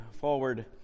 forward